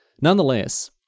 Nonetheless